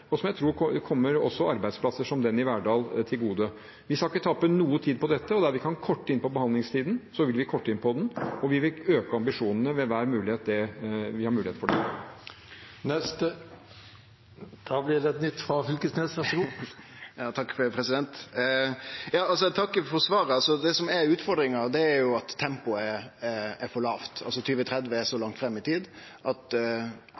og som jeg tror kommer også arbeidsplasser som i Verdal til gode. Vi skal ikke tape noe tid på dette, og der vi kan korte inn behandlingstiden, vil vi gjøre det. Og vi vil øke ambisjonene ved hver mulighet vi har. Torgeir Knag Fylkesnes – til oppfølgingsspørsmål. Eg takkar for svaret. Det som er utfordringa, er at tempoet er for lavt. 2030 er så langt fram i tid at